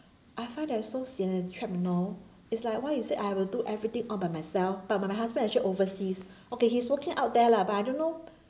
I felt that I so sian and trap you know it's like why is it I will do everything all by myself but my my husband actually overseas okay he's working out there lah but I don't know